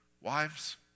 Wives